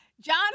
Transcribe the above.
John